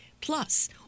Plus